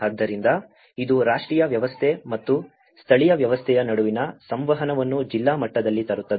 ಆದ್ದರಿಂದ ಇದು ರಾಷ್ಟ್ರೀಯ ವ್ಯವಸ್ಥೆ ಮತ್ತು ಸ್ಥಳೀಯ ವ್ಯವಸ್ಥೆಯ ನಡುವಿನ ಸಂವಹನವನ್ನು ಜಿಲ್ಲಾ ಮಟ್ಟದಲ್ಲಿ ತರುತ್ತದೆ